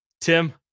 Tim